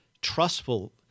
trustful